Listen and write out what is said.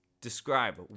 describe